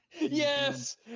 Yes